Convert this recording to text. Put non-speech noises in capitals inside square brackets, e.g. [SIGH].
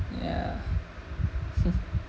ya [LAUGHS]